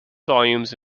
volumes